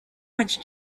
much